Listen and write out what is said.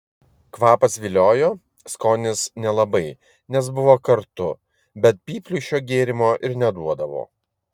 kvapas viliojo skonis nelabai nes buvo kartu bet pypliui šio gėrimo ir neduodavo